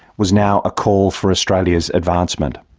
was now a call for australia's advancement.